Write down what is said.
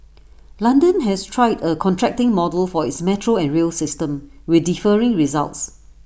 London has tried A contracting model for its metro and rail system with differing results